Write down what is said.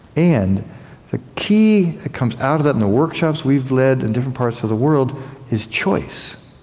and the key that comes out of that and the workshops we've led in different parts of the world is choice,